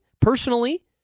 personally